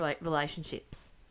relationships